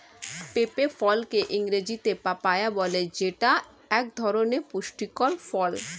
পেঁপে ফলকে ইংরেজিতে পাপায়া বলে যেইটা এক ধরনের পুষ্টিকর ফল